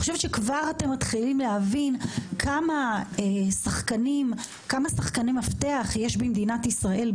אני חושבת שכבר אתם מתחילים להבין כמה שחקני מפתח יש במדינת ישראל,